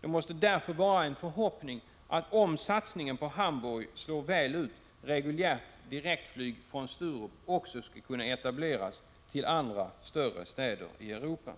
Det måste därför vara en förhoppning att, om satsningen på Hamburg slår väl ut, reguljärt direktflyg från Sturup också skall kunna etableras till andra större städer i Europa.